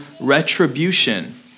retribution